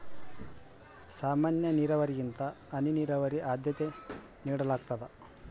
ಸಾಮಾನ್ಯ ನೇರಾವರಿಗಿಂತ ಹನಿ ನೇರಾವರಿಗೆ ಆದ್ಯತೆ ನೇಡಲಾಗ್ತದ